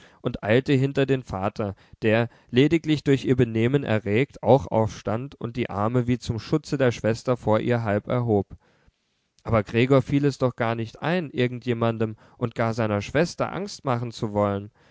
und eilte hinter den vater der lediglich durch ihr benehmen erregt auch aufstand und die arme wie zum schutze der schwester vor ihr halb erhob aber gregor fiel es doch gar nicht ein irgend jemandem und gar seiner schwester angst machen zu wollen